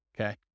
Okay